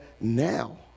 now